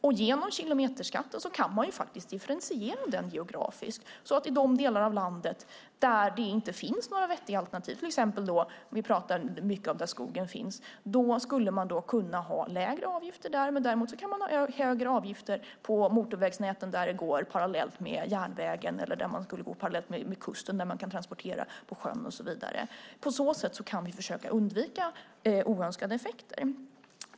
Man kan differentiera kilometerskatten geografiskt så att man i de delar av landet där det inte finns några vettiga alternativ, till exempel det som vi pratat mycket om, nämligen där skogen finns, skulle kunna ha lägre avgifter för att i stället ha högre avgifter på motorvägsnätet där vägen går parallellt med järnvägen eller utefter kusten där transporterna kan ske på sjön. På så sätt kan vi försöka undvika oönskade effekter.